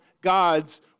God's